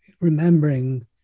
remembering